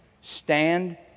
stand